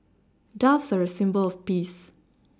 doves are a symbol of peace